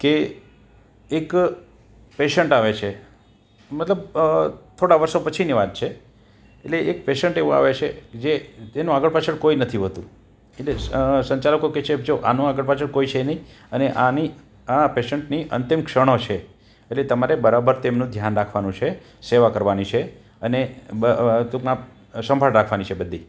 કે એક પેશન્ટ આવે છે મતલબ થોડા વર્ષો પછીની વાત છે એટલે એક પેશન્ટ એવું આવે છે જે જેનું આગળ પાછળ કોઈ નથી હોતું એટલે સંચાલકો કે છે જો આનું આગળ પાછળ કોઈ છે નહીં અને આની અને આ પેશન્ટની અંતિમ ક્ષણો છે એટલે તમારે બરાબર તેમનું ધ્યાન રાખવાનું છે સેવા કરવાની છે અને ટૂંકમાં સંભાળ રાખવાની છે બધી